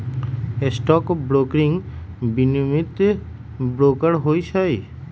stock broker विनियमित broker होइ छइ